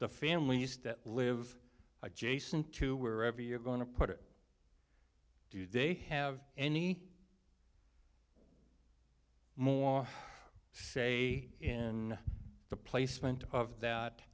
the families that live adjacent to wherever you're going to put it do they have any more say in the placement of that